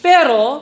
Pero